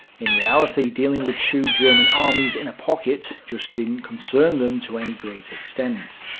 in reality, dealing with two german armies in a pocket just didn't concern them to any great extent.